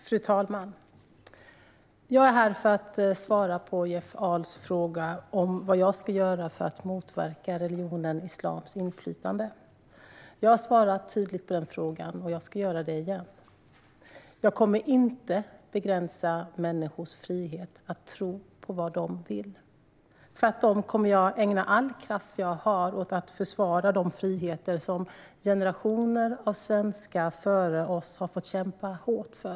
Fru talman! Jag är här för att svara på Jeff Ahls fråga om vad jag ska göra för att motverka religionen islams inflytande. Jag har svarat tydligt på den frågan, och jag ska göra det igen. Jag kommer inte att begränsa människors frihet att tro på vad de vill. Tvärtom kommer jag att ägna all kraft jag har åt att försvara de friheter som generationer av svenskar före oss har fått kämpa hårt för.